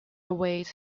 await